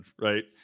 right